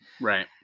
Right